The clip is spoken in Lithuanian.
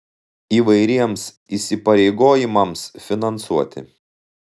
įvairiems įsipareigojimams finansuoti